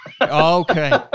Okay